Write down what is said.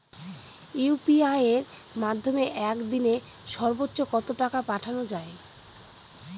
UPI এর মাধ্যমে এক দিনে সর্বচ্চ কত টাকা পাঠানো যায়?